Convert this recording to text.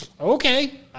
okay